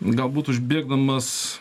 galbūt užbėgdamas